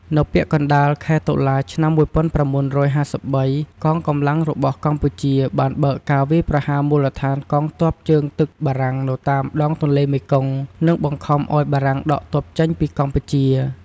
នៅពាក់កណ្ដាលខែតុលា ឆ្នាំ ១៩៥៣ កងកម្លាំងរបស់កម្ពុជា បានបើកការវាយប្រហារមូលដ្ឋានកងទ័ពជើងទឹកបារាំងនៅតាមដង ទន្លេមេគង្គ និងបង្ខំឱ្យបារាំងដកទ័ពចេញពីកម្ពុជា។